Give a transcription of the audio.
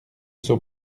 son